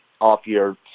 off-year